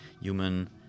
human